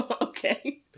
okay